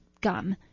gum